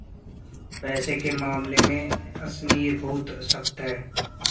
पैसे के मामले में अशनीर बहुत सख्त है